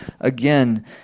again